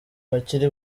bakiri